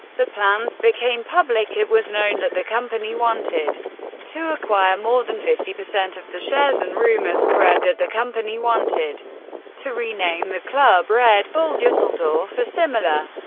the plans became public, it was known that the company wanted to acquire more than fifty percent of the shares and rumors spread that the company wanted to rename the club red bull dusseldorf or similar.